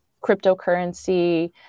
cryptocurrency